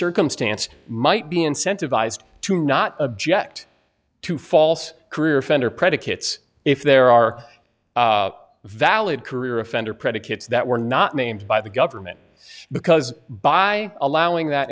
circumstance might be incentivized to not object to false career offender predicates if there are valid career offender predicates that were not named by the government because by allowing that